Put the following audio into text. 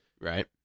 Right